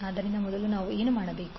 ಆದ್ದರಿಂದ ಮೊದಲು ನಾವು ಏನು ಮಾಡಬೇಕು